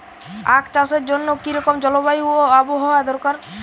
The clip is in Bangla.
আখ চাষের জন্য কি রকম জলবায়ু ও আবহাওয়া দরকার?